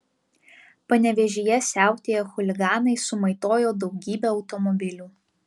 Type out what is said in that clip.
panevėžyje siautėję chuliganai sumaitojo daugybę automobilių